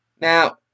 Now